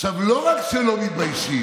עכשיו, לא רק שלא מתביישים,